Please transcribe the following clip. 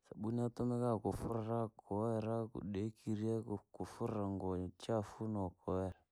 Sabuni yatumika kufuraa, kudekirya, kufuraa ngoo chafu, nokoseraa.